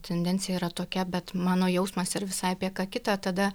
tendencija yra tokia bet mano jausmas ir visai apie ką kitą tada